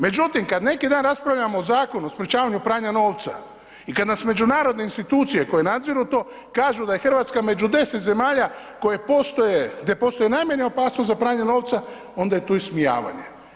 Međutim, kad neki dan raspravljamo o Zakonu o sprječavanju pranja novca i kad nas međunarodne institucije, koje nadziru to, kažu da je RH među 10 zemalja koje postoje, gdje postoje najmanja opasnost za pranje novca, onda je to ismijavanje.